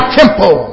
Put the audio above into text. temple